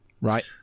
right